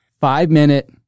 five-minute